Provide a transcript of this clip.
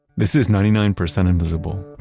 this is ninety nine percent invisible.